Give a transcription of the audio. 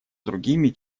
другими